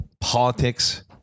politics